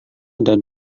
ada